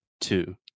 two